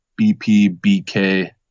bpbk